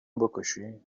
بکشی